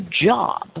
job